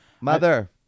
Mother